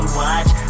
watch